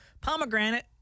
pomegranate